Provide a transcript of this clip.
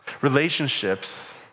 Relationships